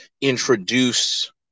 introduce